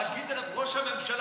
להגיד: ראש הממשלה,